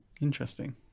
Interesting